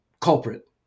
culprit